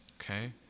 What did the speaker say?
Okay